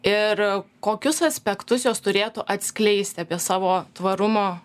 ir kokius aspektus jos turėtų atskleisti apie savo tvarumo